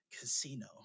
Casino